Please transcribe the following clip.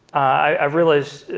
i've realized,